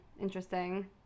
interesting